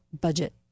budget